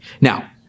Now